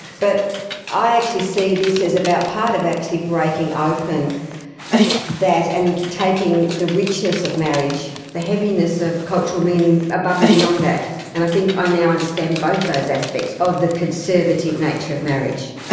but i actually see this as about part of actually breaking open that and taking the richness of marriage, the heaviness of cultural meaning above and beyond that. and i think i now understand both those aspects of the conservative nature of marriage.